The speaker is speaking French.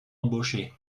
embaucher